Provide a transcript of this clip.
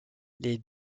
les